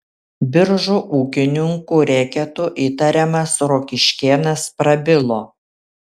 biržų ūkininkų reketu įtariamas rokiškėnas prabilo